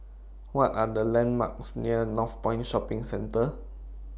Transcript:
What Are The landmarks near Northpoint Shopping Centre